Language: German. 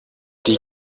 die